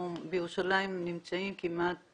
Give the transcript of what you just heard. בירושלים יש כמה